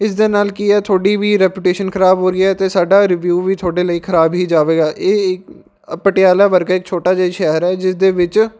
ਇਸ ਦੇ ਨਾਲ ਕੀ ਹੈ ਤੁਹਾਡੀ ਵੀ ਰੈਪੂਟੇਸ਼ਨ ਖ਼ਰਾਬ ਹੋ ਰਹੀ ਹੈ ਅਤੇ ਸਾਡਾ ਰਿਵਿਊ ਵੀ ਤੁਹਾਡੇ ਲਈ ਖ਼ਰਾਬ ਹੀ ਜਾਵੇਗਾ ਇਹ ਪਟਿਆਲਾ ਵਰਗਾ ਇੱਕ ਛੋਟਾ ਜਿਹਾ ਸ਼ਹਿਰ ਹੈ ਜਿਸ ਦੇ ਵਿੱਚ